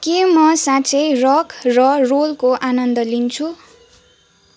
के म साँच्चै रक र रोलको आनन्द लिन्छु